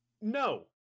No